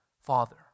Father